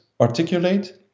articulate